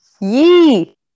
Yee